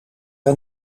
een